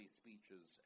speeches